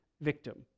victim